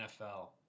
nfl